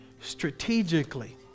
strategically